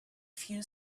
few